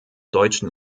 deutschen